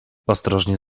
ostrożnie